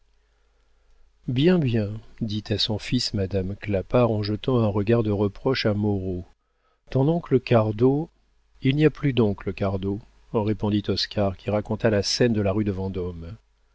bien dit à son fils madame clapart en jetant un regard de reproche à moreau ton oncle cardot il n'y a plus d'oncle cardot répondit oscar qui raconta la scène de la rue de vendôme